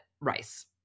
rice